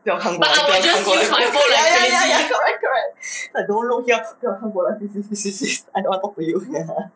不要看过来不要看过来不要看过来 ya ya ya correct correct 不要看过来 please please please please I cannot talk to you ya